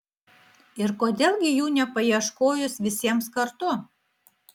ir kodėl gi jų nepaieškojus visiems kartu